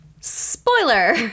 Spoiler